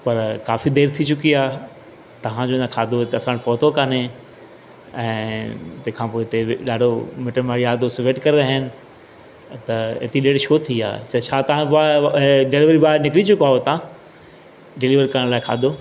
त काफ़ी देरि थी चुकी आहे तव्हां जो न खाधो हिकु साण पहुतो कोन्हे ऐं तंहिं खां पोइ हिते ॾाढो मिट माइट यार दोस्त वेट करे रहनि त एतिरी देरि छो थी आहे त छा तव्हांजो डिलीवरी बॉय निकिरी चुको आहे हुतां डिलीवर करण लाइ खाधो